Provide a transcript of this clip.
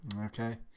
Okay